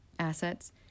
assets